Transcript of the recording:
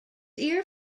ear